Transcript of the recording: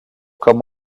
comme